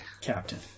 Captain